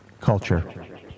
Culture